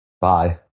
Bye